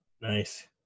Nice